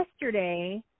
yesterday